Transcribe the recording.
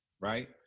right